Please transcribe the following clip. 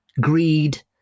greed